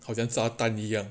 好像炸弹一样